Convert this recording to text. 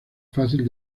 fácil